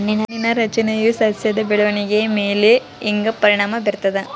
ಮಣ್ಣಿನ ರಚನೆಯು ಸಸ್ಯದ ಬೆಳವಣಿಗೆಯ ಮೇಲೆ ಹೆಂಗ ಪರಿಣಾಮ ಬೇರ್ತದ?